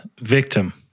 victim